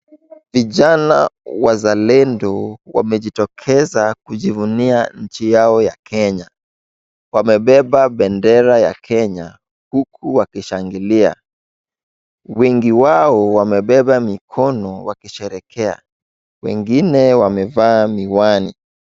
Vijana wazalendo wamejitokeza kujivunia nchi yao ya Kenya wamebeba bendera ya Kenya huku wakishangilia wengi wao wamebeba mikono wakisherekea wengine wamevaa miwani